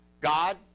God